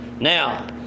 Now